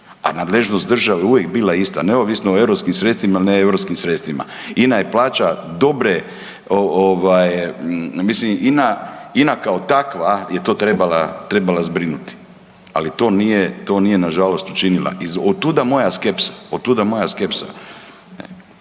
a nadležnost države je uvijek bila ista neovisno o europskim sredstvima i ne europskim sredstvima. INA je plaća dobre ovaj, mislim INA, INA kao takva je to trebala, trebala zbrinuti, ali to nije, to nije nažalost učinila i otuda moja skepsa, otuda moja skepsa.